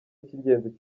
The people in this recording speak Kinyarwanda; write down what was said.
icy’ingenzi